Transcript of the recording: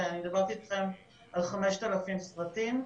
אני מדברת איתכם על 5,000 סרטים.